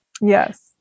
yes